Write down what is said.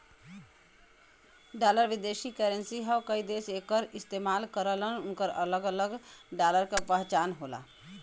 dollar विदेशी currency हौ कई देश एकर इस्तेमाल करलन उनकर अलग अलग डॉलर क पहचान होला